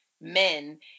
men